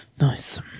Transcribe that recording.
Nice